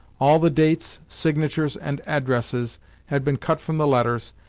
all the dates, signatures, and addresses had been cut from the letters,